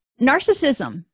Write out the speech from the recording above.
Narcissism